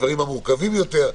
בדברים המורכבים יותר,